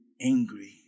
angry